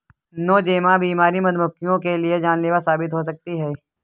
Nosema बीमारी मधुमक्खियों के लिए जानलेवा साबित हो सकती है